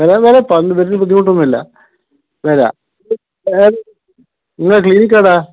ബുദ്ധിമുട്ടൊന്നുമില്ല വരാം നിങ്ങളെ ക്ളീനിക്കേടാ